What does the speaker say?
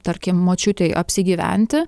tarkim močiutei apsigyventi